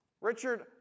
Richard